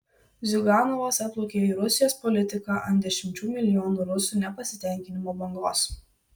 ziuganovas atplaukė į rusijos politiką ant dešimčių milijonų rusų nepasitenkinimo bangos